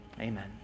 amen